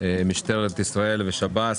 משטרת ישראל ושירות בתי הסוהר.